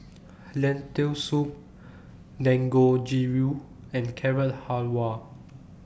Lentil Soup Dangojiru and Carrot Halwa